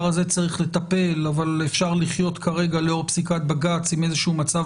הזה צריך לטפל אבל אפשר לחיות כרקע לאור פסיקת בג"ץ עם איזשהו מצב